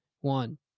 one